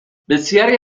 بسیاری